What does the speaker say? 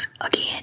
again